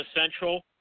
Central